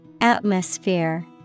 Atmosphere